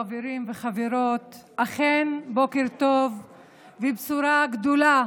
חברים וחברות, אכן בוקר טוב ובשורה גדולה